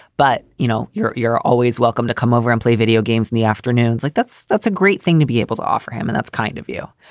but, you know, you're you're always welcome to come over and play video games in the afternoons. like that's that's a great thing to be able to offer him. and that's kind of you.